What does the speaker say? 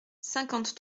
cinquante